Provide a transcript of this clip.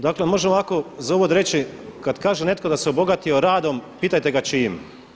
Dakle možemo ovako za uvod reći, kada kaže netko da se obogatio radom, pitajte ga čijim.